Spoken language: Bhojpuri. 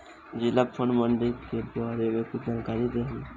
जिला फल मंडी के बारे में कुछ जानकारी देहीं?